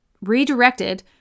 redirected